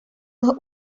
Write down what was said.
dos